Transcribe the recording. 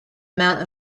amount